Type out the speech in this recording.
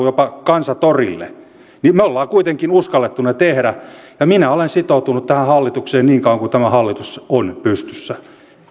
jopa kansan torille mutta me olemme kuitenkin uskaltaneet ne tehdä ja minä olen sitoutunut tähän hallitukseen niin kauan kuin tämä hallitus on pystyssä